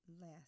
Less